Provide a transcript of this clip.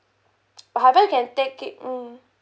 however you can take it mm